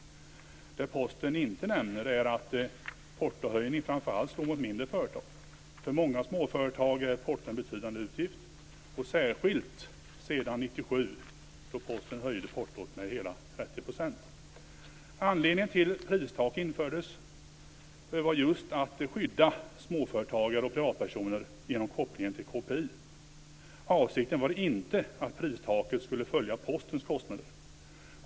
Det Posten inte nämner är att portohöjningen slår framför allt mot mindre företag. För många småföretag är portot en betydande utgift, särskilt efter 1997 då Posten höjde portot med hela 30 %. Anledningen till att ett pristak infördes var att man skulle skydda småföretagare och privatpersoner genom kopplingen till KPI. Avsikten var inte att pristaket skulle följa Postens kostnader.